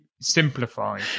simplify